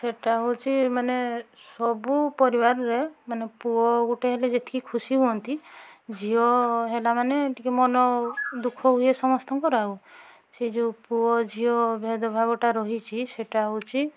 ସେଇଟା ହେଉଛି ମାନେ ସବୁ ପରିବାରରେ ମାନେ ପୁଅ ଗୋଟିଏ ହେଲେ ଯେତିକି ଖୁସି ହୁଅନ୍ତି ଝିଅ ହେଲା ମାନେ ଟିକିଏ ମନ ଦୁଃଖ ହୁଏ ସମସ୍ତଙ୍କର ଆଉ ସେ ଯେଉଁ ପୁଅ ଝିଅ ଭେଦଭାବଟା ରହିଛି ସେଇଟା ହେଉଛି